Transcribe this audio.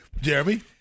Jeremy